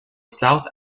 south